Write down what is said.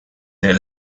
the